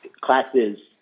classes